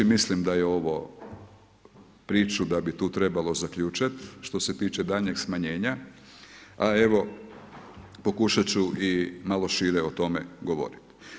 Mislim da je ovu priču da bi tu trebalo zaključati što se tiče daljnjeg smanjenja, a evo pokušat ću i malo šire o tome govoriti.